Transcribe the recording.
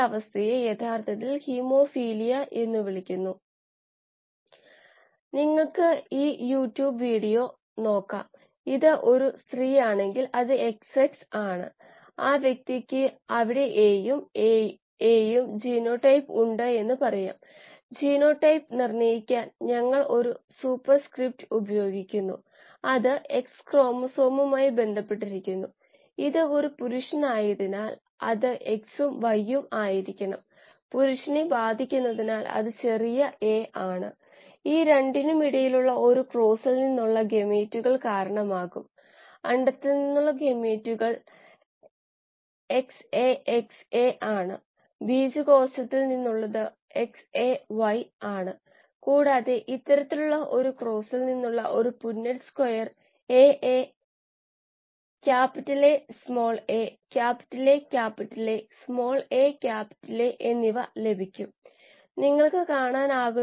നമ്മളുടെ ഉദാഹരണത്തിൽ ലഭ്യമായ ഇലക്ട്രോണുകളുടെ തുല്യത ഓക്സിജൻ മാറ്റിയത് 4b അതിനാൽ ഉൽപാദിപ്പിക്കുന്ന താപം 27 മറ്റൊരു കോണിൽ നിന്ന് ഓക്സിജൻ ഉപഭോഗത്തിന്റെ തോത് ഒരു ഗ്രാം കോശത്തിന് qo2 എന്ന അളവിൽ ഒരു DO പ്രോബ് ഉപയോഗിച്ച് അളക്കണം നിങ്ങൾക്കറിയാമോ DO ഡാറ്റ പ്രോസസ്സ് ചെയ്യുകയാണെങ്കിൽ ഓക്സിജൻ ഉപഭോഗ നിരക്ക് ലഭിക്കും താപം ഉൽപാദിപ്പിക്കുന്ന നിരക്ക് കണക്കാക്കാം